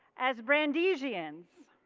as brandeisians,